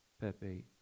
Pepe